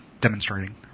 demonstrating